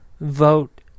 vote